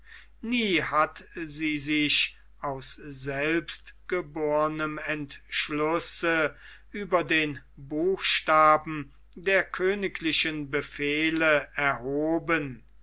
nie hat sie sich aus selbstgebornem entschlusse über den buchstaben der königlichen befehle erhoben